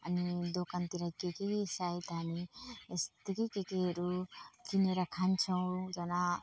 अनि दोकानतिर के के सायद हामी यस्तरी के केहरू किनेर खान्छौँ त्यहाँबाट